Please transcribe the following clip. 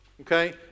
okay